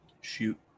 Shoot